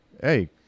hey